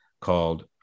called